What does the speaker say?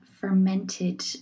fermented